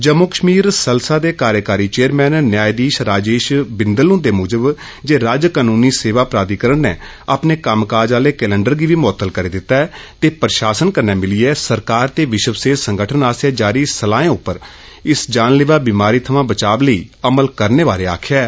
Jammu Kashmir SLSA दे कार्यकारी chairman न्यायधीष राजेष वींदल हन्दे म्जब जे राज्य कनूनी सेवा प्राद्यीकरण नै अपने कम्म्काज आहले कलैंडर गी म्अतल कीता गेया ऐ ते प्रशासन कन्नै मिलिएं सरकार ते विष्व सेहत संगठन आस्सेया जारी सलायें उप्पर इस जानलेवा बमारी थमां बचाव लेई अमल करने बारै आखेया ऐ